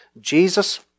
Jesus